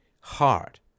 hard